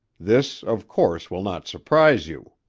this, of course, will not surprise you.